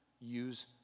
Use